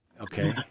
Okay